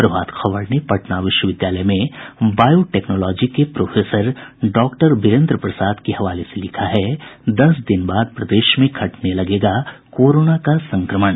प्रभात खबर ने पटना विश्वविद्यालय में बॉयोटेक्नोलॉजी के प्रोफेसर डॉक्टर बीरेन्द्र प्रसाद के हवाले से लिखा है दस दिन बाद प्रदेश में घटने लगेगा कोरोना का संक्रमण